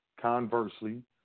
Conversely